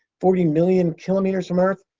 forty million kilometers from earth,